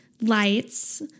lights